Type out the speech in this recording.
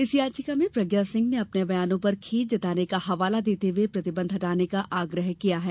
इस याचिका में प्रज्ञा सिंह ने अपने बयानों पर खेद जताने का हवाला देते हुये प्रतिबंध हटाने का आग्रह किया है